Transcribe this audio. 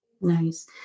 Nice